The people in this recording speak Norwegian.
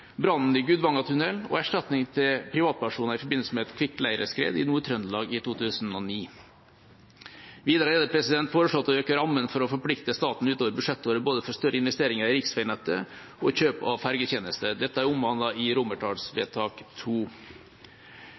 brannen i Gudvangatunnelen og erstatning til privatpersoner i forbindelse med et kvikkleireskred i Nord-Trøndelag i 2009. Videre er det foreslått å øke rammen for å forplikte staten utover budsjettåret for både større investeringer i riksveinettet og kjøp av fergetjenester. Dette er omhandlet i